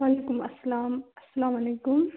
وعلیکُم اسلام اَسلامُ علیکُم